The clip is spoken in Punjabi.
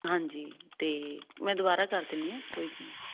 ਹਾਂਜੀ ਤੇ ਮੈਂ ਦੁਬਾਰਾ ਕਰ ਦਿਨੀ ਆ ਕੋਈ